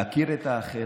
להכיר את האחר,